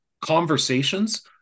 conversations